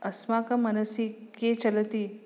अस्माकं मनसि के चलन्ति